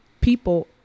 people